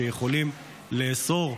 שיכולים לאסור,